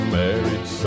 married